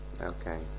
Okay